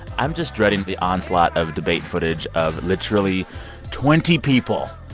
i'm just dreading the onslaught of debate footage of literally twenty people.